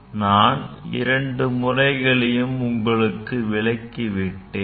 நான் இரண்டு முறைகளையும் உங்களுக்கு விளக்கி விட்டேன்